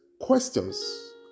questions